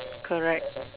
correct